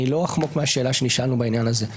אני לא אחמוק מהשאלה שנשאלנו בעניין הזה.